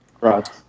Right